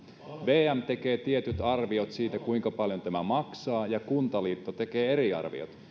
vm tekee tietyt arviot siitä kuinka paljon tämä maksaa ja kuntaliitto tekee eri arviot